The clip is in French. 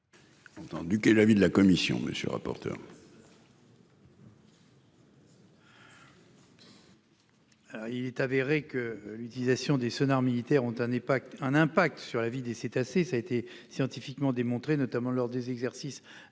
l'avis de la commission ?